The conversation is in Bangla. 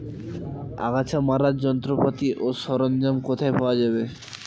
আগাছা মারার যন্ত্রপাতি ও সরঞ্জাম কোথায় পাওয়া যাবে?